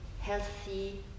healthy